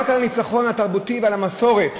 רק על הניצחון התרבותי ועל המסורת.